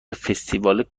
فستیوال